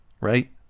right